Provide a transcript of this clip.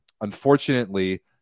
unfortunately